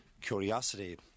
curiosity